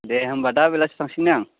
दे होनबा दा बेलायाव थासै ना आं